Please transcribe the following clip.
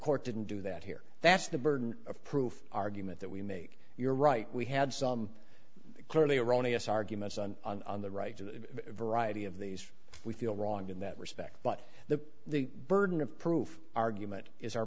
court didn't do that here that's the burden of proof argument that we make you're right we had some clearly erroneous arguments on on the right to variety of these we feel wrong in that respect but the the burden of proof argument is our